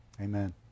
Amen